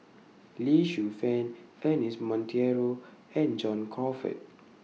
Lee Shu Fen Ernest Monteiro and John Crawfurd